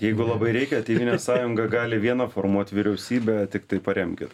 jeigu labai reikia tėvynės sąjunga gali viena formuot vyriausybę tiktai paremkit